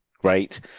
Great